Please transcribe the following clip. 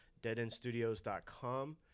DeadEndStudios.com